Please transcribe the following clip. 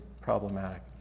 problematic